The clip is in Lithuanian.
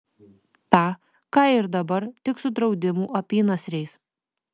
tą ką ir dabar tik su draudimų apynasriais